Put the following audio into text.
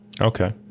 Okay